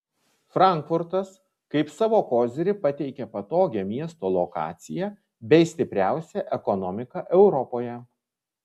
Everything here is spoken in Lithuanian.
frankfurtas kaip savo kozirį pateikia patogią miesto lokaciją bei stipriausią ekonomiką europoje